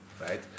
right